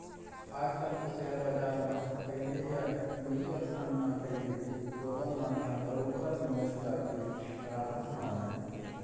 आज कल तो सेयर बजार ल कहिबे या म्युचुअल फंड म कहिबे लोगन मन ह बरोबर निवेश करके रखत हवय